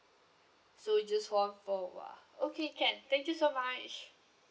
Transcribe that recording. so just hold on for a while okay can thank you so much